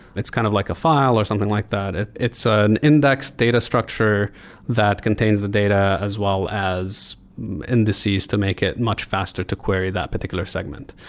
it's kind of like a file or something like that. it's an index data structure that contains the data as well as indices to make it much faster to query that particular segment.